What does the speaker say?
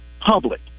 public